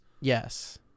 Yes